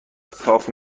صاف